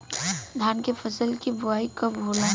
धान के फ़सल के बोआई कब होला?